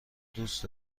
دوست